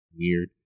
weird